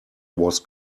was